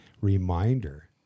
Reminder